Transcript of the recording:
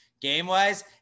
Game-wise